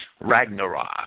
Ragnarok